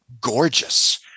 gorgeous